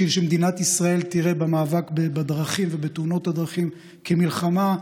בשביל שמדינת ישראל תראה במאבק בדרכים ובתאונות הדרכים מלחמה,